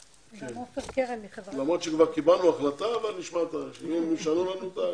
שמעת את הדיון שהיה?